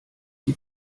die